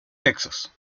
texas